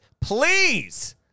please